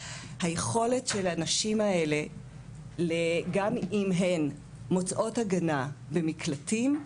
היכולת של הנשים האלה גם אם הן מוצאות הגנה ומקלטים,